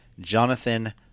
jonathan